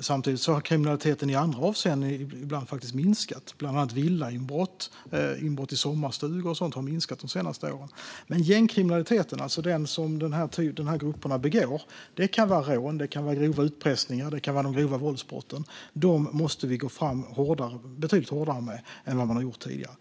Samtidigt har kriminaliteten i andra avseenden ibland faktiskt minskat. Bland annat villainbrott, inbrott i sommarstugor och sådant har minskat de senaste åren. Men gängkriminaliteten som dessa grupper begår - det kan vara rån, grova utpressningar eller grova våldsbrott - måste vi gå fram betydligt hårdare mot än man har gjort tidigare.